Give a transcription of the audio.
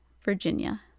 Virginia